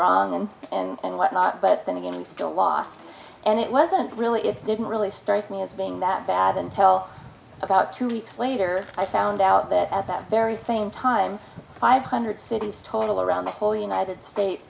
wrong and and what not but then again we still lost and it wasn't really it's didn't really strike me as being that bad intel about two weeks later i found out that at that very same time five hundred cities total around the whole united states